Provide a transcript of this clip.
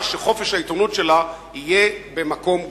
שחופש העיתונות בה יהיה במקום גבוה.